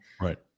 Right